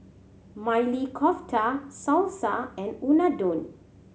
Maili Kofta Salsa and Unadon